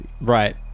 right